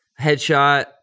headshot